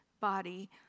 body